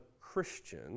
Christian